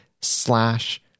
slash